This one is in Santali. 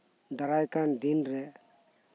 ᱫᱟᱨᱟᱭ ᱠᱟᱱ ᱫᱤᱱᱨᱮ